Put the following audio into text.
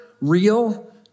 real